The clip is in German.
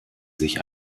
sich